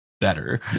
better